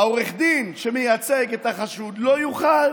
עורך הדין שמייצג את החשוד לא יוכל